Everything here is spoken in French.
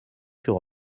sur